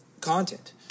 content